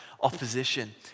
opposition